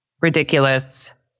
ridiculous